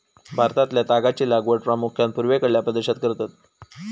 भारतातल्या तागाची लागवड प्रामुख्यान पूर्वेकडल्या प्रदेशात करतत